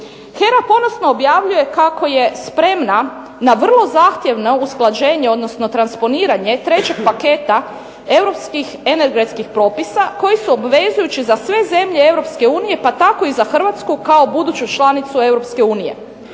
HERA ponosno objavljuje kako je spremna na vrlo zahtjevno usklađenje, odnosno transponiranje trećeg paketa europskih energetskih propisa koji su obvezujući za sve zemlje EU pa tako i za Hrvatsku kao buduću članicu EU.